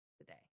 today